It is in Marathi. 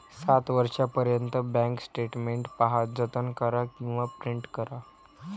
सात वर्षांपर्यंत बँक स्टेटमेंट पहा, जतन करा किंवा प्रिंट करा